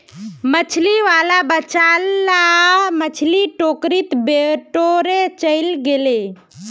मछली वाला बचाल ला मछली टोकरीत बटोरे चलइ गेले